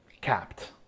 capped